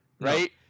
right